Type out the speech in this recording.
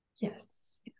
Yes